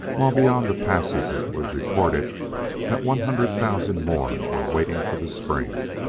while beyond the passes it was reported that one hundred thousand more were waiting for the spring.